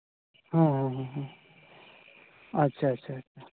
ᱦᱮᱸ ᱦᱮᱸ ᱦᱮᱸ ᱟᱪᱪᱷᱟ ᱟᱪᱪᱷᱟ ᱟᱪᱪᱷᱟ